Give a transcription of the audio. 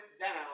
down